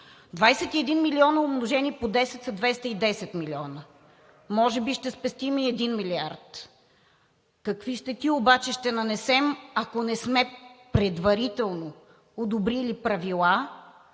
21 милиона умножени по 10 са 210 милиона. Може би ще спестим и един милиард, какви щети обаче ще нанесем, ако предварително не сме одобрили правила